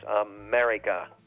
America